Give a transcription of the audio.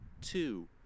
two